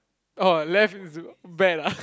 oh left means what bad ah